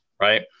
right